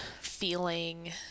feeling